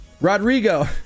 Rodrigo